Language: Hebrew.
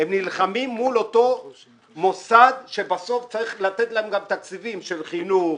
הם נלחמים מול אותו מוסד שבסוף צריך לתת להם תקציבים של חינוך,